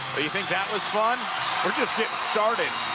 you think that was fun we're just getting started.